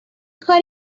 کار